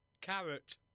Carrot